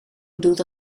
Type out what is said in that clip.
bedoelt